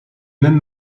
même